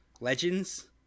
legends